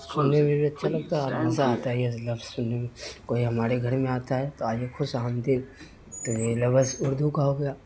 سننے میں بھی اچھا لگتا ہے اور مزہ آتا ہے یہ لفظ سننے میں کوئی ہمارے گھر میں آتا ہے تو آ کے خوش آمدید تو یہ لفظ اردو کا ہو گیا